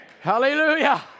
Hallelujah